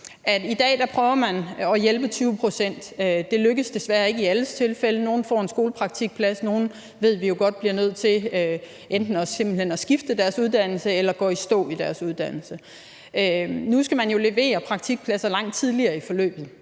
I dag prøver man at hjælpe 20 pct., og det lykkes desværre ikke i alles tilfælde. Nogle får en skolepraktikplads, og nogle ved vi jo godt bliver nødt til enten simpelt hen at skifte deres uddannelse eller gå i stå i deres uddannelse. Nu skal man jo levere praktikpladser langt tidligere i forløbet,